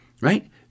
Right